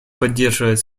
поддерживать